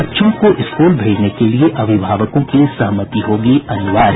बच्चों को स्कूल भेजने के लिए अभिभावकों की सहमति होगी अनिवार्य